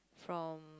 from